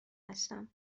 هستم